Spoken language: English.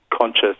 conscious